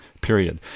period